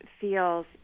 feels